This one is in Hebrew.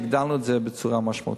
שהגדלנו את זה בצורה משמעותית.